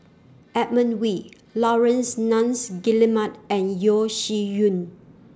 Edmund Wee Laurence Nunns Guillemard and Yeo Shih Yun